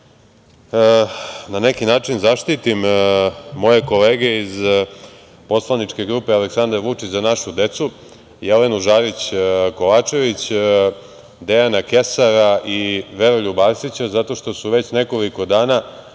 na neki način zaštitim moje kolege iz poslaničke grupe „Aleksandar Vučić – Za našu decu“ Jelenu Žarić Kovačević, Dejana Kesara i Veroljuba Arsića zato što su već nekoliko dana